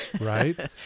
Right